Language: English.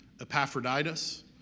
Epaphroditus